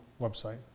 website